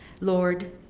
Lord